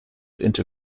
into